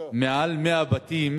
מעל 100 בתים